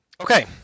Okay